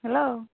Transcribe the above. hello